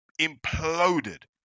Imploded